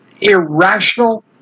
irrational